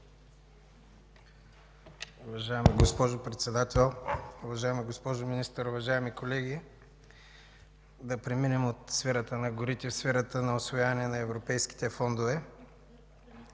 Уважаема госпожо Председател, уважаема госпожо Министър, уважаеми колеги! Да преминем от сферата на горите в сферата на усвояване на европейските фондове.